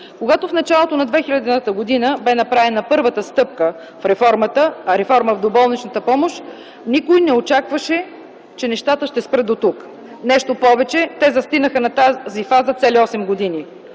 Когато в началото на 2000-та година бе направена първата стъпка в реформата в доболничната помощ, никой не очакваше, че нещата ще спрат дотук. Нещо повече, те застинаха на тази фаза цели осем години!